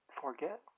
forget